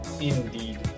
Indeed